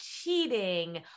cheating